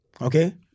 Okay